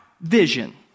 vision